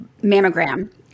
mammogram